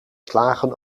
klagen